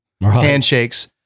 handshakes